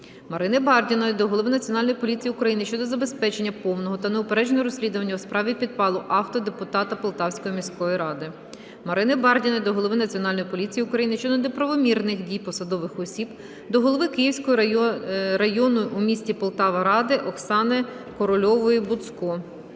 Марини Бардіної до голови Національної поліції України щодо забезпечення повного та неупередженого розслідування у справі підпалу авто депутата Полтавської міської ради. Марини Бардіної до голови Національної поліції України щодо неправомірних дій посадових осіб до голови Київської районної у місті Полтава ради Оксани Корольової-Буцко.